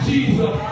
Jesus